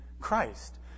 Christ